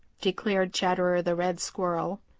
declared chatterer the red squirrel.